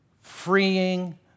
freeing